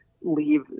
leave